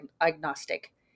agnostic